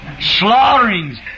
Slaughterings